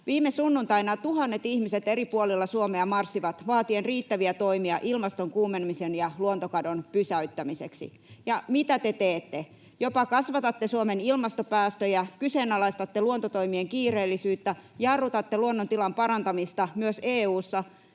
Viime sunnuntaina tuhannet ihmiset eri puolilla Suomea marssivat vaatien riittäviä toimia ilmaston kuumenemisen ja luontokadon pysäyttämiseksi, ja mitä te teette? Jopa kasvatatte Suomen ilmastopäästöjä, kyseenalaistatte luontotoimien kiireellisyyttä, jarrutatte luonnontilan parantamista myös EU:ssa,